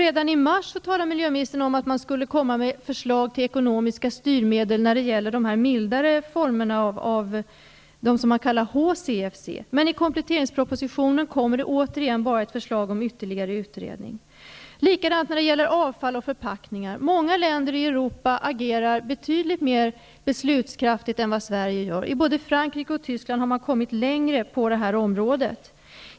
Redan i mars talade miljöministern om att man skulle komma med förslag till ekonomiska styrmedel när det gäller de mildare formerna av freoner, som kallas HCFC. I kompletteringspropositionen kommer emellertid återigen enbart förslag om ytterligare utredning. Samma sak är det när det gäller avfall och förpackningar. I många länder i Europa agerar man betydligt mer beslutskraftigt än vi gör i Sverige. I både Frankrike och Tyskland har man kommit längre på det här området.